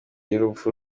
y’urupfu